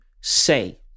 say